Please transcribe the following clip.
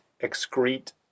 excrete